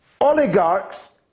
Oligarchs